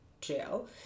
jail